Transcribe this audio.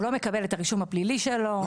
הוא לא מקבל את הרישום הפלילי שלו,